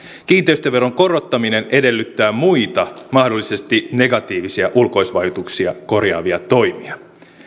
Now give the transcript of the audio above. kiinteistöveron korottaminen edellyttää muita mahdollisesti negatiivisia ulkoisvaikutuksia korjaavia toimia